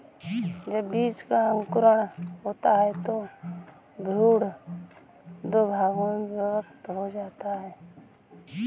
जब बीज का अंकुरण होता है तो भ्रूण दो भागों में विभक्त हो जाता है